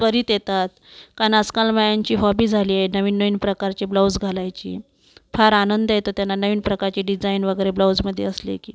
त्वरित येतात कारण आजकाल बायांची हॉबी झाली आहे नवीन नवीन प्रकारचे ब्लाउज घालायची फार आनंद येतो त्यांना नवीन प्रकारचे डिझाईन वगैरे ब्लाउजमध्ये असले की